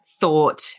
thought